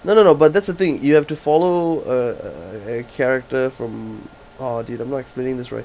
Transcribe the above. no no no but that's the thing you have to follow a a a character from how do I do it I'm not explaining this right